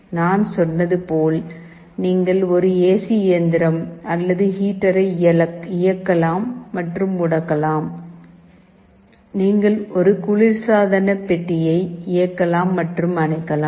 நான் சொன்னது போல் நீங்கள் ஒரு ஏசி இயந்திரம் அல்லது ஹீட்டரை இயக்கலாம் மற்றும் முடக்கலாம் நீங்கள் ஒரு குளிர்சாதன பெட்டியை இயக்கலாம் மற்றும் அணைக்கலாம்